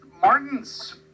Martin's